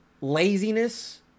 laziness